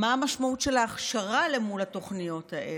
מה המשמעות של ההכשרה אל מול התוכניות האלה?